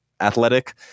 athletic